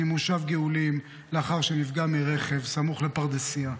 ממושב גאולים לאחר שנפגע מרכב סמוך לפרדסיה.